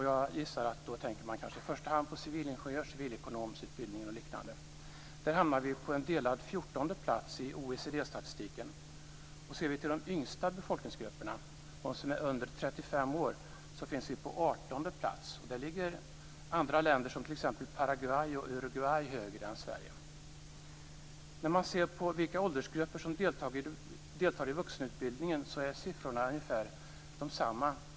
Jag gissar att man i första hand tittar på t.ex. civilingenjörs och civilekonomutbildningarna. Där hamnar vi på en delad fjortondeplats i OECD-statistiken. Ser vi till de yngsta befolkningsgrupperna, de som är under 35 år, finns vi på artonde plats. Där ligger länder som t.ex. Paraguay och Uruguay högre än Sverige. När man ser på vilka åldersgrupper som deltar i vuxenutbildning är siffrorna ungefär desamma.